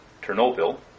Ternopil